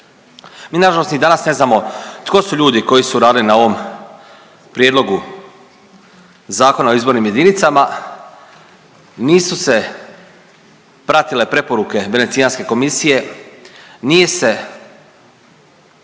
Mi nažalost ni danas ne znamo tko su ljudi koji su radili na ovom prijedlogu Zakona o izbornim jedinicama. Nisu se pratile preporuke Venecijanske komisije, nije se